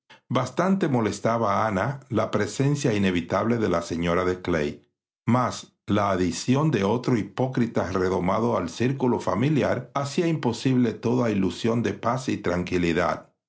bastante molestaba a ana la presencia inevitable de la señora de clay mas la adición de otro hipócrita redomado al círculo familiar hacía imposible toda ilusión de paz y tranquilidad